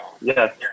yes